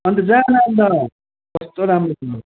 अन्त जा न अन्त कस्तो राम्रो थियो